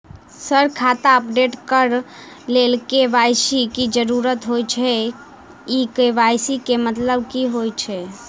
Sir खाता update करऽ लेल के.वाई.सी की जरुरत होइ छैय इ के.वाई.सी केँ मतलब की होइ छैय?